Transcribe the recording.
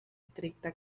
estricta